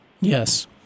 Yes